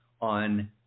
on